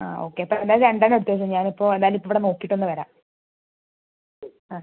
ആ ഓക്കെ അപ്പം എന്തായാലും രണ്ട് എണ്ണം എടുത്ത് വച്ചോ ഞാൻ ഇപ്പം എന്തായാലും ഇപ്പം ഇവിടെ നോക്കീട്ട് ഒന്ന് വരാം ശരി ആ